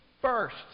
first